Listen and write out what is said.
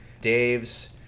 Dave's